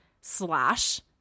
slash